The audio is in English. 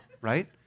right